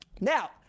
now